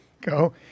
go